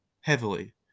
heavily